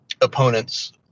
opponents